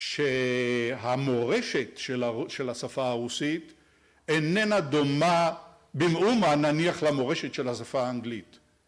שהמורשת של השפה הרוסית איננה דומה במאומה נניח למורשת של השפה האנגלית